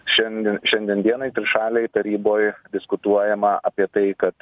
šiandien šiandien dienai trišalėj taryboj diskutuojama apie tai kad